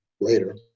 later